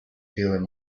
feeling